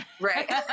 right